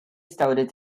started